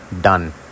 done